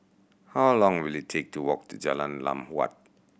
how long will it take to walk to Jalan Lam Huat